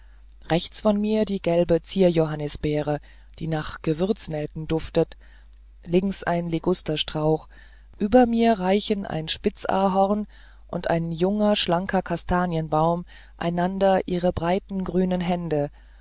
rechts von mir die gelbe zierjohannisbeere die nach gewürznelken duftet links ein ligusterstrauch über mir reichen ein spitzahorn und ein junger schlanker kastanienbaum einander ihre breiten grünen hände